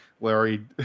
Larry